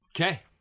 Okay